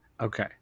Okay